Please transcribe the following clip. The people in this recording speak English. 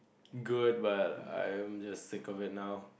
good but I am just think of it now